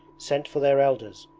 sent for their elders,